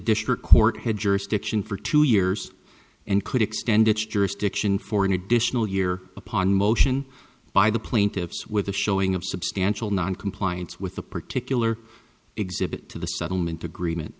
district court had jurisdiction for two years and could extend its jurisdiction for an additional year upon motion by the plaintiffs with a showing of substantial noncompliance with the particular exhibit to the settlement agreement